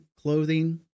clothing